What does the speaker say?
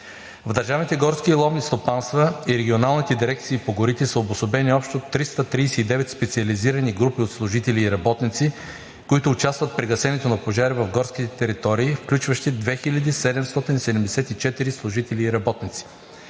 В държавните горски и ловни стопанства и регионалните дирекции по горите са обособени общо 339 специализирани групи от служители и работници, които участват при гасенето на пожари в горските територии, включващи 2774 служители и работници.